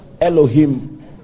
Elohim